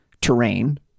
terrain